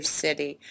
city